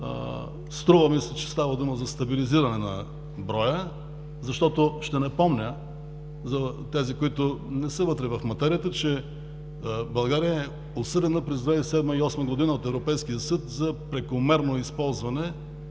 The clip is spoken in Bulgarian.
Струва ми се, че става дума за стабилизиране на броя. Ще напомня за тези, които не са вътре в материята, че България е осъдена през 2007 – 2008 г. от Европейския съд за прекомерно използване